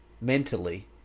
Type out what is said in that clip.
Mentally